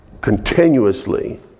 Continuously